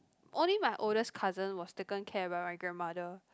only my oldest cousin was taken care by my grandmother